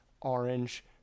orange